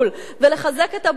ולחזק את אבו מאזן,